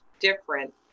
different